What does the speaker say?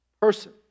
person